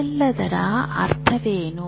ಇದೆಲ್ಲದರ ಅರ್ಥವೇನು